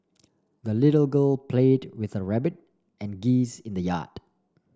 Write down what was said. the little girl played with her rabbit and geese in the yard